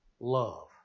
Love